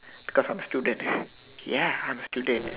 because I am student ya I am student